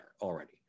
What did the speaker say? already